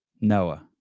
noah